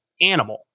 animal